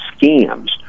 scams